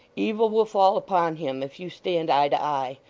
evil will fall upon him, if you stand eye to eye.